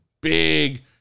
big